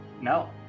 No